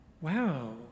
wow